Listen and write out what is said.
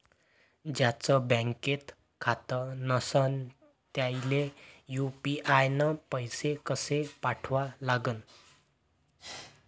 ज्याचं बँकेत खातं नसणं त्याईले यू.पी.आय न पैसे कसे पाठवा लागन?